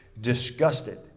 disgusted